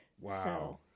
Wow